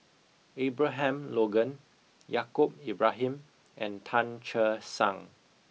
Abraham Logan Yaacob Ibrahim and Tan Che Sang